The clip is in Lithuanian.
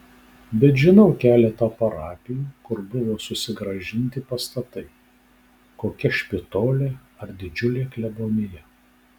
bet žinau keletą parapijų kur buvo susigrąžinti pastatai kokia špitolė ar didžiulė klebonija